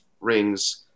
rings